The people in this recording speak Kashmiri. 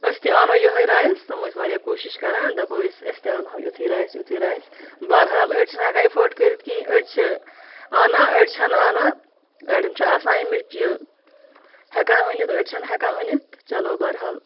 أسی تہِ اَنو یِہَے رایس تِم ٲسۍ واریاہ کوٗشِش کَران دَپان ٲسۍ أسۍ تہِ اَنہو یُتھُے رایس یُتھُے رایس بحرحال أڑۍ چھِنہٕ ہٮ۪کان اِفٲٹ کٔرِتھ کِہیٖنۍ أڑۍ چھِ اَنان أڑۍ چھِنہٕ اَنان اَڑٮ۪ن چھُ آسان اَمِچ یہِ ہٮ۪کان أنِتھ أڑۍ چھِنہٕ ہٮ۪کان أنِتھ چَلو بحرحال